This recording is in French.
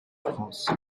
france